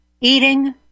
eating